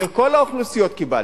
לכל האוכלוסיות קיבלתי,